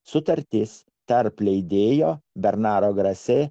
sutartis tarp leidėjo bernaro grase